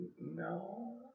No